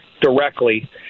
directly